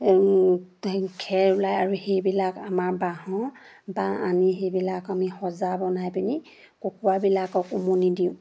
খেৰ ওলায় আৰু সেইবিলাক আমাৰ বাঁহৰ বা আনি সেইবিলাক আমি সজা বনাই পিনি কুকুৰাবিলাকক উমনি দিওঁ